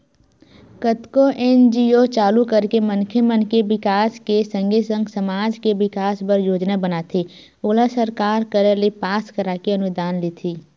कतको एन.जी.ओ चालू करके मनखे मन के बिकास के संगे संग समाज के बिकास बर योजना बनाथे ओला सरकार करा ले पास कराके अनुदान लेथे